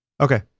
okay